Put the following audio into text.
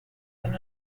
than